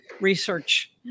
research